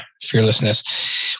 fearlessness